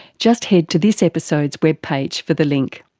just head to this episode's webpage for the link.